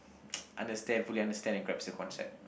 understand fully understand and grasp the concept